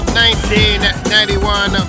1991